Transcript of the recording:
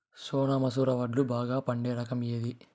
సోనా మసూర వడ్లు బాగా పండే రకం ఏది